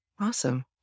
Awesome